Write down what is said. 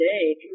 today